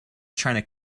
trying